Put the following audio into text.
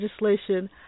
legislation